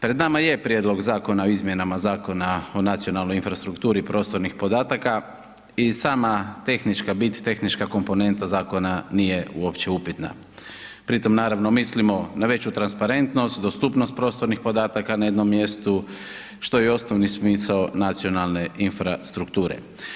Pred nama je Prijedlog zakona o izmjenama Zakona o nacionalnoj infrastrukturi prostornih podataka i sama tehnička bit, tehnička komponenta zakona nije uopće upitna, pri tom naravno mislimo na veću transparentnost, dostupnost prostornih podataka na jednom mjestu što je osnovni smisao nacionalne infrastrukture.